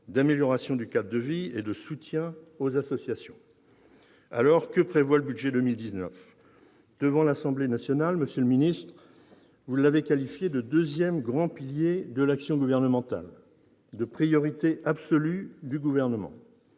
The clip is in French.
d'amélioration du cadre de vie et de soutien aux associations. Alors, que prévoit le budget pour 2019 ? Devant l'Assemblée nationale, monsieur le ministre, vous l'avez qualifié de « deuxième grand pilier de l'action gouvernementale », de « priorité absolue du Gouvernement